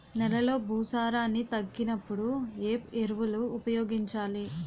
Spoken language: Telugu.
నెలలో భూసారాన్ని తగ్గినప్పుడు, ఏ ఎరువులు ఉపయోగించాలి?